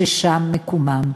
ששם מקומם.